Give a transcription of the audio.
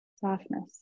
softness